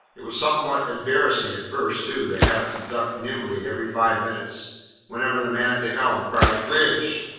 it was somewhat embarrassing at first, too, to have to duck nimbly every five minutes whenever the man at the helm cried bridge!